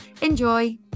Enjoy